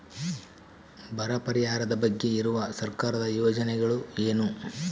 ಬರ ಪರಿಹಾರದ ಬಗ್ಗೆ ಇರುವ ಸರ್ಕಾರದ ಯೋಜನೆಗಳು ಏನು?